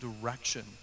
direction